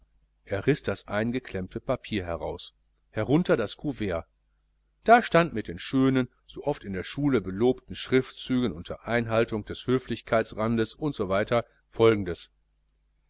er riß das eingeklemmte papier heraus herunter das couvert da stand mit den schönen so oft in der schule belobten schriftzügen unter einhaltung des höflichkeitsrandes c folgendes